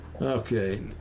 Okay